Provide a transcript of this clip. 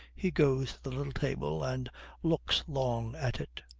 he goes to the little table and looks long at it.